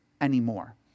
anymore